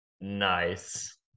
Nice